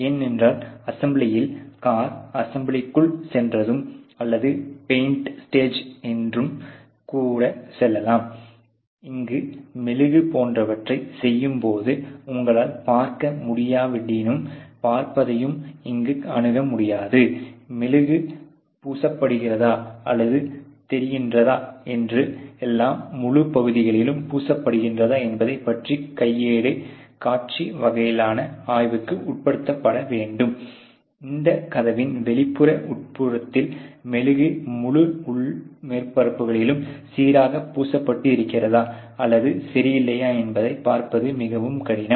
ஏனென்றால் அசெம்பிளியில் கார் அசெம்பிளிக்குள் சென்றதும் அல்லது பெயின்ட் ஸ்டேஜ் என்று கூட சொல்லலாம் இங்கு மெழுகு போன்றவற்றைச் செய்யும்போது உங்களால் பார்க்க முடியாவிடினும் பார்ப்பதையும் இங்கு அணுக முடியாது மெழுகு பூசப்பட்டிருக்கிறதா அல்லது தெரிகின்ற எல்லா முழு பகுதியிலும் பூச படுகிறதா என்பதைப் பற்றி கையேடு காட்சி வகையிலான ஆய்வுக்கு உட்படுத்தப்பட வேண்டும் இந்த கதவின் வெளிப்புற உட்புறத்தில் மெழுகு முழு உள் மேற்பரப்புகளிலும் சீராக பூசப்பட்டு இருக்கிறதா அல்லது சரியில்லையா என்பதைப் பார்ப்பது மிகவும் கடினம்